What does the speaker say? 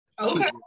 okay